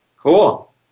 cool